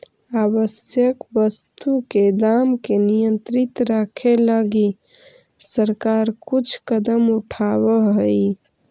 आवश्यक वस्तु के दाम के नियंत्रित रखे लगी सरकार कुछ कदम उठावऽ हइ